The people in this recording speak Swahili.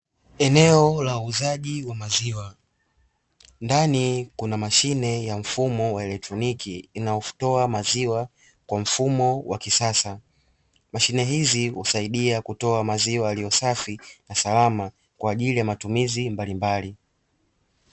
Eneo la uuzaji wa maziwa, ndani kuna mashine ya mfumo wa kieletroniki unaotoa maziwa kwa mfumo wa kisasa. Mashine hizi husaidia kutoa maziwa yaliyo safi na salama kwa ajili ya matumizi mbalimbali.